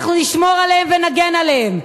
אנחנו נשמור עליהם ונגן עליהם,